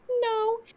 No